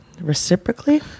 reciprocally